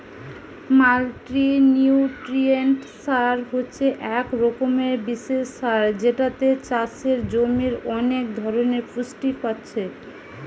multinutrient সার হচ্ছে এক রকমের বিশেষ সার যেটাতে চাষের জমির অনেক ধরণের পুষ্টি পাচ্ছে